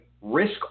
risk